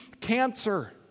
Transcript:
cancer